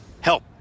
help